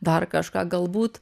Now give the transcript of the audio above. dar kažką galbūt